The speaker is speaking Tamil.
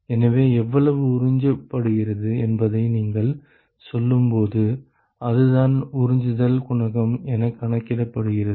எனவே எவ்வளவு உறிஞ்சப்படுகிறது என்பதை நீங்கள் செல்லும்போது அதுதான் உறிஞ்சுதல் குணகம் என கணக்கிடப்படுகிறது